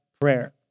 prayer